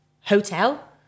hotel